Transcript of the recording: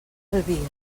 albir